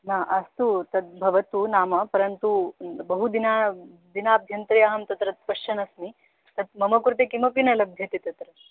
न अस्तु तद्भवतु नाम परन्तु बहुदिनं दिनाभ्यन्तरे अहं तत्र पश्यन्नस्मि तद् मम कृते किमपि न लभ्यते तत्र